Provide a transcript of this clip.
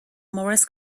morris